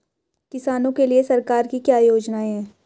किसानों के लिए सरकार की क्या योजनाएं हैं?